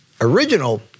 original